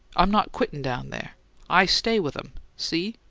i'm not quittin' down there i stay with em, see?